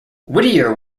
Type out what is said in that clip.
whittier